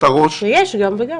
גם וגם.